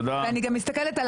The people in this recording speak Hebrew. ואני גם מסתכלת על